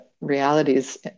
realities